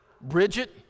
Bridget